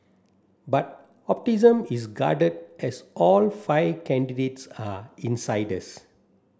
but is guarded as all five candidates are insiders